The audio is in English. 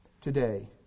today